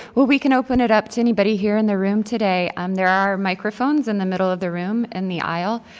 we can open it up to anybody here in the room today. um there are microphones in the middle of the room, in the aisle,